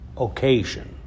occasion